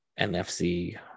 nfc